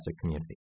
community